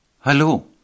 Hallo